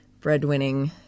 breadwinning